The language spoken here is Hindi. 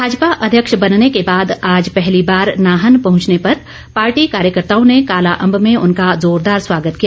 भाजपा अध्यक्ष बनने के बाद आज पहली बार नाहन पहुंचने पर पार्टी कार्यकर्ताओं ने कालाअम्ब में उनका जोरदार स्वागत किया